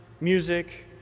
music